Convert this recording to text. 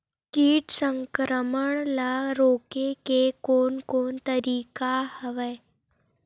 कीट संक्रमण ल रोके के कोन कोन तरीका हवय?